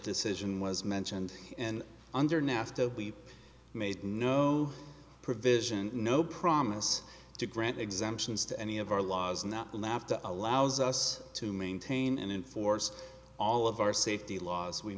decision was mentioned and under nafta we made no provision no promise to grant exemptions to any of our laws and that laughter allows us to maintain and enforce all of our safety laws we